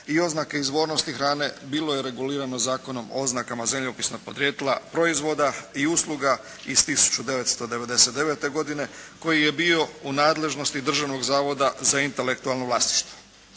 i oznake izvornosti hrane bilo je regulirano Zakonom o oznakama zemljopisnog podrijetla proizvoda i usluga iz 1999. godine koji je bio u nadležnosti Državnog zavoda za intelektualno vlasništvo.